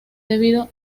debido